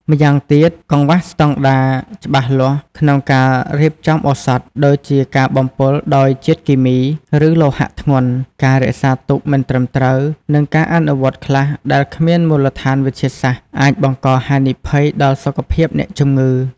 ម្យ៉ាងទៀត កង្វះស្តង់ដារច្បាស់លាស់ក្នុងការរៀបចំឱសថ ដូចជាការបំពុលដោយជាតិគីមី ឬលោហៈធ្ងន់ ការរក្សាទុកមិនត្រឹមត្រូវ និងការអនុវត្តខ្លះដែលគ្មានមូលដ្ឋានវិទ្យាសាស្ត្រ អាចបង្កហានិភ័យដល់សុខភាពអ្នកជំងឺ។